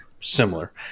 similar